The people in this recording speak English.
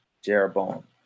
jeroboam